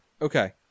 Okay